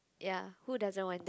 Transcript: ya who doesn't want that